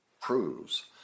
proves